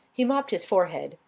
he mopped his forehead.